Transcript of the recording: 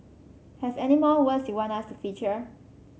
have any more words you want us to feature